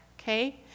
Okay